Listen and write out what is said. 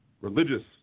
religious